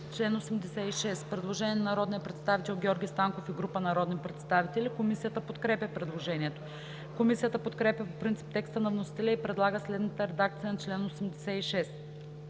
чл. 86 има предложение на народния представител Георги Станков и група народни представители. Комисията подкрепя предложението. Комисията подкрепя по принцип текста на вносителя и предлага следната редакция на чл. 86: